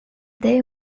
they